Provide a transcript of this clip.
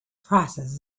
process